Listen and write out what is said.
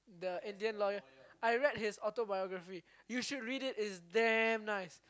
the Indian lawyer I read his autobiography you should read it it's damn nice